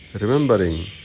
remembering